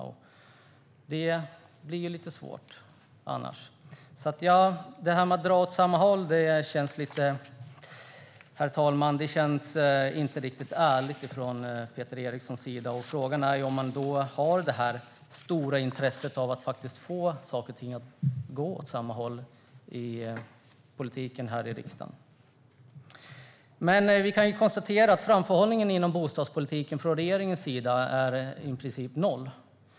Annars blir det lite svårt. Detta att dra åt samma håll, herr talman, känns inte riktigt ärligt från Peter Erikssons sida. Frågan är om han har det stora intresset av att faktiskt få saker och ting i politiken att gå åt samma håll här i riksdagen. Vi kan konstatera att framförhållningen inom bostadspolitiken från regeringens sida är i princip noll.